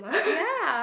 ya